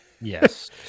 Yes